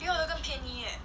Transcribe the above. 比我的更便宜 eh